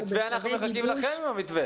המתווה בשלבי גיבוש,